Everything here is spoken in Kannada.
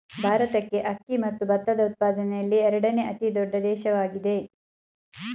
ಭಾರತಕ್ಕೆ ಅಕ್ಕಿ ಮತ್ತು ಭತ್ತದ ಉತ್ಪಾದನೆಯಲ್ಲಿ ಎರಡನೇ ಅತಿ ದೊಡ್ಡ ದೇಶವಾಗಿದೆ